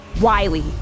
Wiley